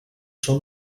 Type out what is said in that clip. són